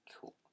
cool